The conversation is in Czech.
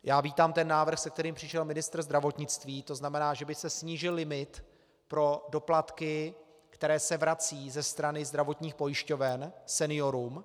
Já vítám návrh, se kterým přišel ministr zdravotnictví, tzn. že by se snížil limit pro doplatky, které se vracejí ze strany zdravotních pojišťoven seniorům.